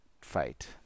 fight